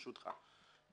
ברשותך.